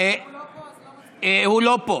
הוא לא פה, אז למה, הוא לא פה.